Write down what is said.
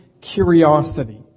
curiosity